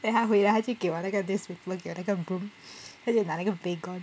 then 他回来他就给我那个给我那个 broom 他就拿那个 baygon